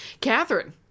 Catherine